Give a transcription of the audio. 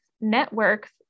networks